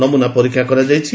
ନମୁନା ପରୀକ୍ଷା କରାଯାଇଛି